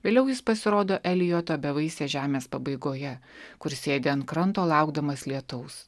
vėliau jis pasirodo elijoto bevaisės žemės pabaigoje kur sėdi ant kranto laukdamas lietaus